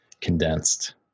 condensed